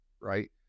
right